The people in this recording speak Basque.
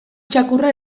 txakurra